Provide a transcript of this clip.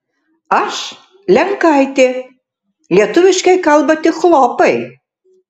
aš lenkaitė lietuviškai kalba tik chlopai